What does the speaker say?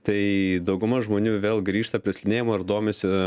tai dauguma žmonių vėl grįžta prie slidinėjimo ir domisi